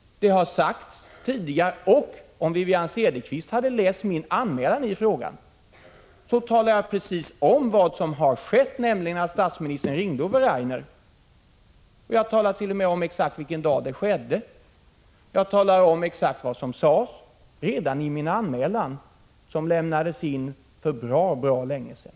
Det har sagts tidigare, och om Wivi-Anne Cederqvist hade läst min anmälan i frågan hade hon upptäckt att jag talade om vad som skett, nämligen att statsministern ringde Ove Rainer. Jag talade till och med om exakt vilken dag det skedde och vad som sades redan i min anmälan som lämnades in för bra länge sedan.